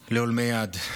ברוך לעולמי עד.